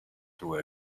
through